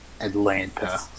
Atlanta